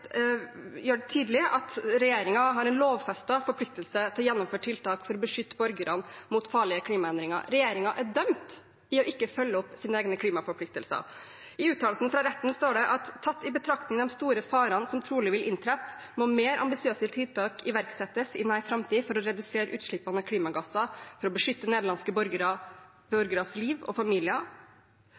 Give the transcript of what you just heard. har en lovfestet forpliktelse til å gjennomføre tiltak for å beskytte borgerne mot farlige klimaendringer. Regjeringen er dømt i ikke å følge opp sine egne klimaforpliktelser. I uttalelsen fra retten står det: «Tatt i betraktning de store farene som trolig vil inntreffe, må mer ambisiøse tiltak iverksettes i nær framtid for å redusere utslippene av klimagasser for å beskytte nederlandske borgeres liv og familier.»